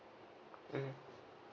mm